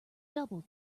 double